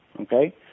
Okay